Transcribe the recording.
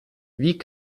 wie